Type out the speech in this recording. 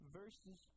verses